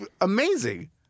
amazing